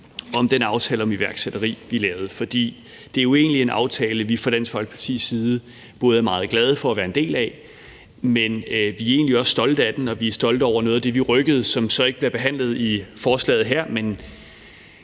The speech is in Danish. om den aftale om iværksætteri, vi lavede. Det er jo egentlig en aftale, vi fra Dansk Folkepartis side både er meget glade for at være en del af, men vi er egentlig også stolte af den, og vi er stolte over noget af det, vi rykkede, som så ikke bliver behandlet i forslaget her.